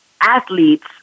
athletes